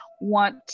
want